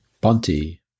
Bunty